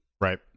Right